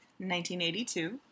1982